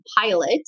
pilot